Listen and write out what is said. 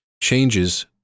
Changes